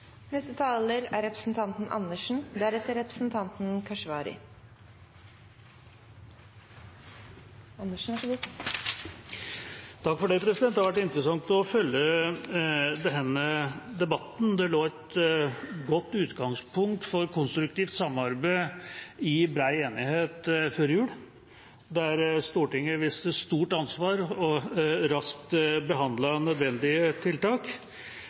Det har vært interessant å følge denne debatten. Det forelå et godt utgangspunkt for konstruktivt samarbeid med brei enighet før jul, der Stortinget viste stort ansvar og raskt behandlet nødvendige tiltak.